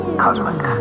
Cosmic